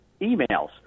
emails